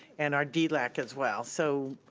and our dlac as well, so